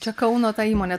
čia kauno ta įmonė